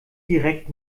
direkt